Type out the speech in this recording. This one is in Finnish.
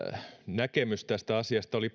näkemys tästä asiasta oli